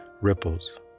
ripples